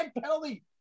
penalty